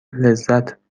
لذت